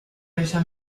bella